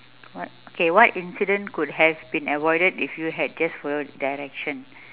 what okay what incident could have been avoided if you had just followed directions